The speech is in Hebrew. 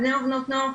בני ובנות נוער,